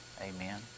Amen